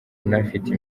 unafite